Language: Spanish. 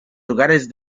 lugares